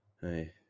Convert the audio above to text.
Hey